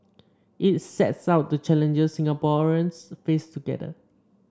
it sets out the challenges Singaporeans face together